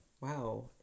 Wow